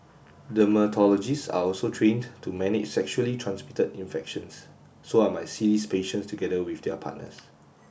dermatologists are also trained to manage sexually transmitted infections so I might see these patients together with their partners